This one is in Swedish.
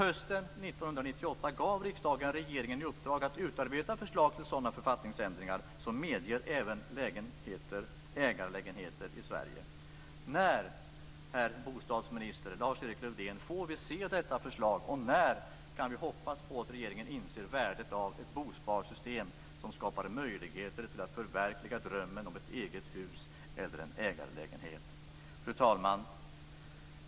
Hösten 1998 gav riksdagen regeringen i uppdrag att utarbeta förslag till sådana författningsändringar som medger även ägarlägenheter i Sverige. När, bostadsminister Lars-Erik Lövdén, får vi se detta förslag och när kan vi hoppas på att regeringen inser värdet av ett bosparsystem som skapar möjligheter till att förverkliga drömmen om ett eget hus eller en ägarlägenhet? Fru talman!